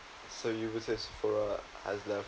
so you would say for uh as a